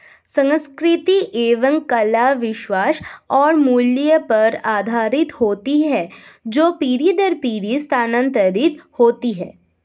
संस्कृति एवं कला विश्वास और मूल्य पर आधारित होती है जो पीढ़ी दर पीढ़ी स्थानांतरित होती हैं